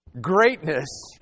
greatness